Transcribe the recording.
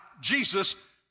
Jesus